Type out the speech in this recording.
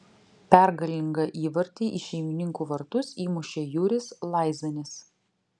pergalingą įvartį į šeimininkų vartus įmušė juris laizanis